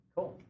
Cool